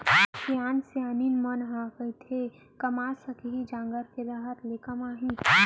सियान सियनहिन मन ह कतेक कमा सकही, जांगर के रहत ले कमाही